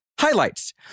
Highlights